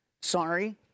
sorry